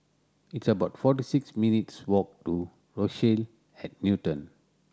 it's about forty six minutes' walk to Rochelle at Newton